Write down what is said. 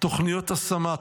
תוכניות השמה,